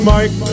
Mike